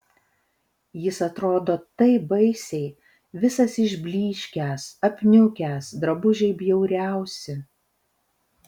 jis atrodo taip baisiai visas išblyškęs apniukęs drabužiai bjauriausi